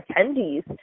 attendees